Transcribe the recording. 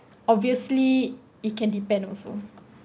obviously it can depend also